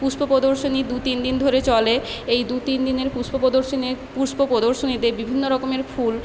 পুষ্প প্রদর্শনী দু তিন দিন ধরে চলে এই দু তিন দিনের পুষ্প প্রদর্শনীর পুষ্প প্রদর্শনীতে বিভিন্ন রকমের ফুল